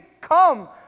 come